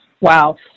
Wow